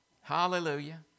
Hallelujah